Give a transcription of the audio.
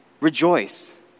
rejoice